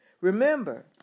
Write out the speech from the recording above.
Remember